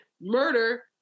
murder